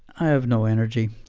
i have no energy.